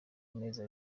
amezi